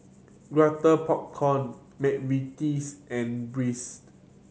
Popcorn McVitie's and Breeze